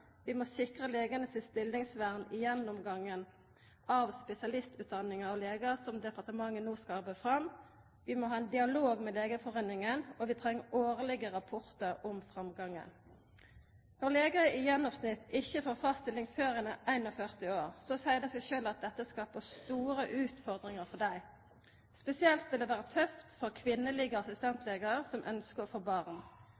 vi må sikra legane sitt stillingsvern i gjennomgangen av spesialistutdanninga av legar, som departementet no skal arbeida fram. Vi må ha ein dialog med Legeforeningen, og vi treng årlege rapportar om framgangen. Når legar i gjennomsnitt ikkje får fast stilling før dei er 41 år, seier det seg sjølv at dette skapar store utfordringar for dei. Spesielt vil det vera tøft for